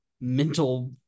mental